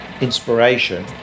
inspiration